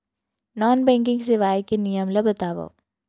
Non banking सेवाएं के नियम ला बतावव?